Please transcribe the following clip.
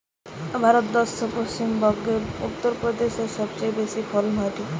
ভারত দ্যাশে পশ্চিম বংগো, উত্তর প্রদেশে সবচেয়ে বেশি ফলন হয়টে